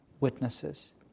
witnesses